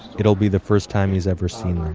it'll be the first time he's ever seen